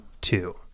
two